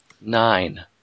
Nine